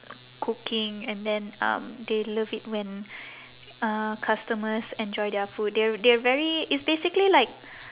cooking and then um they love it when uh customers enjoy their food they're they're very it's basically like